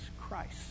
Christ